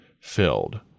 filled